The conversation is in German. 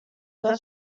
das